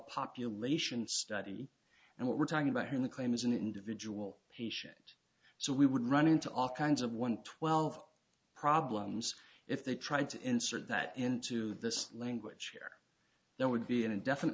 population study and what we're talking about in the claim is an individual patient so we would run into all kinds of one twelve problems if they tried to insert that into this language or there would be an indefinite